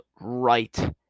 right